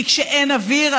כי כשאין אוויר,